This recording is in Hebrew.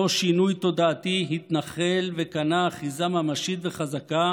אותו שינוי תודעתי התנחל וקנה אחיזה ממשית וחזקה